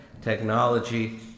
technology